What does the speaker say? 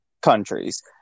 countries